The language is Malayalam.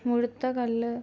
മുഴുത്ത കല്ല്